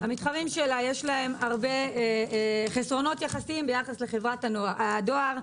יש הרבה חסרונות ביחס לחברת הדואר,